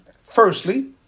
firstly